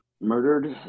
murdered